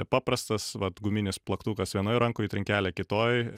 paprastas vat guminis plaktukas vienoj rankoj trinkelė kitoj